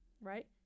right